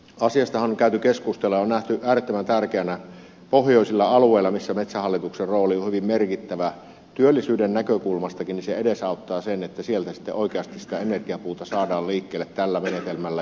asiastahan on käyty keskustelua ja on nähty äärettömän tärkeänä pohjoisilla alueilla missä metsähallituksen rooli on hyvin merkittävä työllisyydenkin näkökulmasta että se edesauttaa sitä että sieltä sitten oikeasti sitä energiapuuta saadaan liikkeelle tällä menetelmällä